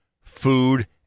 food